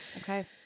Okay